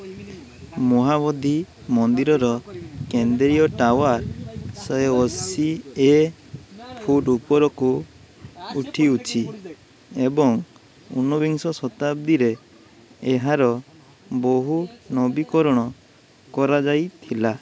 ମହାବୋଧି ମନ୍ଦିରର କେନ୍ଦ୍ରୀୟ ଟାୱାର୍ ଓସିଏ ଫୁଟ ଉପରକୁ ଉଠିଅଛି ଏବଂ ଉନବିଂଶ ଶତାବ୍ଦୀରେ ଏହାର ବହୁ ନବୀକରଣ କରାଯାଇଥିଲା